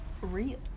real